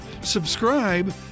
Subscribe